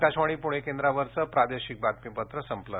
आकाशवाणी पूणे केंद्रावरचं प्रादेशिक बातमीपत्र संपलं